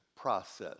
process